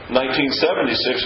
1976